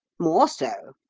more so,